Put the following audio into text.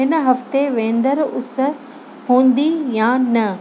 हिन हफ़्ते वेंदर उस हूंदी या न